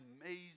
amazing